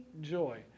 joy